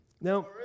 Now